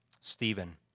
Stephen